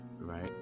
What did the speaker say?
right